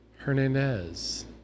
Hernandez